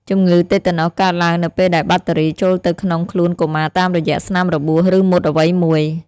ជម្ងឺតេតាណូសកើតឡើងនៅពេលដែលបាក់តេរីចូលទៅក្នុងខ្លួនកុមារតាមរយៈស្នាមរបួស ឬមុតអ្វីមួយ។